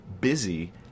busy